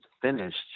finished